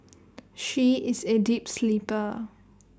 she is A deep sleeper